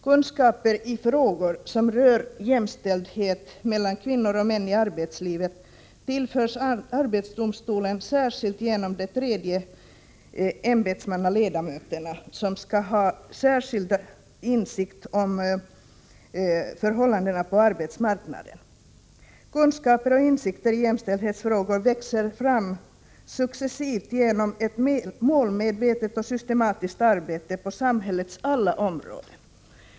Kunskaper i frågor som rör jämställdhet mellan kvinnor och män i arbetslivet tillförs arbetsdomstolen särskilt genom de s.k. tredje ämbetsmannaledamöterna, som skall ha särskild insikt i förhållandena på arbetsmarknaden. Kunskaper och insikter i jämställdhetsfrågor växer fram successivt genom ett målmedvetet och systematiskt arbete på samhällets alla områden.